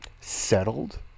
settled